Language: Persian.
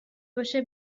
باشه